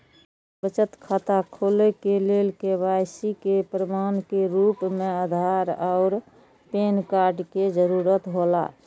बचत खाता खोले के लेल के.वाइ.सी के प्रमाण के रूप में आधार और पैन कार्ड के जरूरत हौला